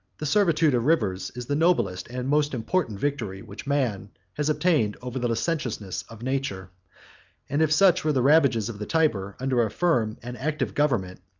the servitude of rivers is the noblest and most important victory which man has obtained over the licentiousness of nature and if such were the ravages of the tyber under a firm and active government,